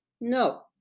No